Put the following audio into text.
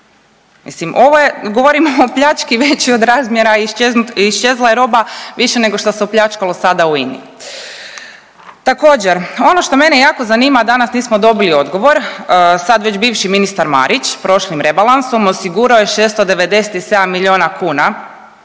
Mislim ovo je, govorimo o pljački većoj od razmjera, iščezla je roba više nego što se opljačkalo sada u INA-i. Također ono što mene jako zanima, a danas nismo dobili odgovor, sad već bivši ministar Marić prošlim rebalansom osigurao je 697 milijuna kuna